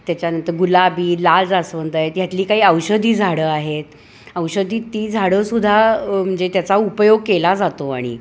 त्याच्यानंतर गुलाबी लाल जास्वंद आहेत ह्यातली काही औषधी झाडं आहेत औषधी ती झाडंसुद्धा म्हणजे त्याचा उपयोग केला जातो आणि